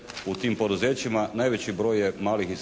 u tim poduzećima. Najveći broj je malih i